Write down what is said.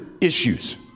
issues